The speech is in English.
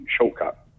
shortcut